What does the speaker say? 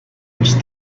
als